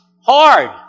hard